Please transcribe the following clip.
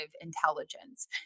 intelligence